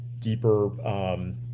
deeper